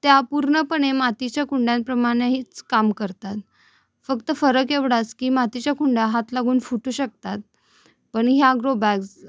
त्या पूर्णपणे मातीच्या कुंड्यांप्रमाणेहीच काम करतात फक्त फरक एवढाच की मातीच्या कुंड्या हात लागून फुटू शकतात पण ह्या ग्रोबॅग्स